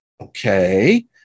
okay